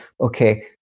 Okay